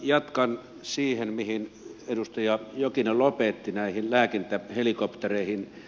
jatkan siitä mihin edustaja jokinen lopetti näistä lääkintähelikoptereista